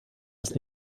des